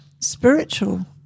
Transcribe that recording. Spiritual